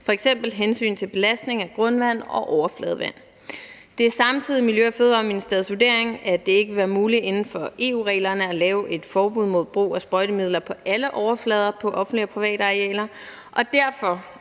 f.eks. hensyn til belastning af grundvand og overfladevand. Det er samtidig Miljø- og Fødevareministeriets vurdering, at det ikke vil være muligt inden for EU-reglerne at lave et forbud mod brug af sprøjtemidler på alle overflader på offentlige og private arealer. Og derfor